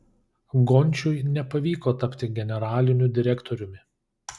gončiui nepavyko tapti generaliniu direktoriumi